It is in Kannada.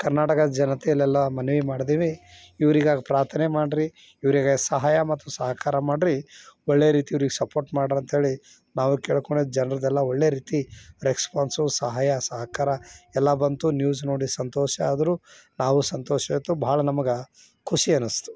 ಕರ್ನಾಟಕದ ಜನತೆಗೆಲ್ಲ ಮನವಿ ಮಾಡಿದ್ವಿ ಇವ್ರಿಗಾಗಿ ಪ್ರಾರ್ಥನೆ ಮಾಡಿರಿ ಇವರಿಗೆ ಸಹಾಯ ಮತ್ತು ಸಹಕಾರ ಮಾಡಿರಿ ಒಳ್ಳೆ ರೀತಿ ಇವ್ರಿಗೆ ಸಪೋರ್ಟ್ ಮಾಡ್ರಿ ಅಂತಹೇಳಿ ನಾವು ಕೇಳ್ಕೊಂಡಿದ್ದು ಜನರದೆಲ್ಲ ಒಳ್ಳೆ ರೀತಿ ರೆಕ್ಸ್ಪಾನ್ಸು ಸಹಾಯ ಸಹಕಾರ ಎಲ್ಲ ಬಂತು ನ್ಯೂಸ್ ನೋಡಿ ಸಂತೋಷ ಆದರು ನಾವು ಸಂತೋಷ ಆಯ್ತು ಭಾಳ ನಮಗೆ ಖುಷಿ ಅನಿಸ್ತು